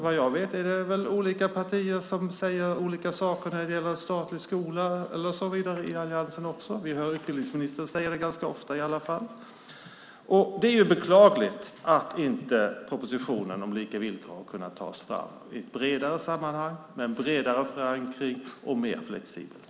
Vad jag vet är det olika partier som säger olika saker när det gäller statlig skola och så vidare i alliansen. Vi hör i alla fall utbildningsministern säga det ofta. Det är beklagligt att propositionen om lika villkor inte har tagits fram i ett bredare sammanhang, med en bredare förankring och mer flexibilitet.